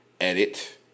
Edit